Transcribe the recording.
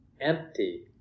Empty